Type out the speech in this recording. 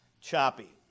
choppy